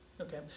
Okay